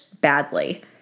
badly